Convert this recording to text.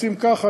עושים ככה,